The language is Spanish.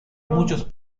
muchos